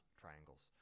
Triangles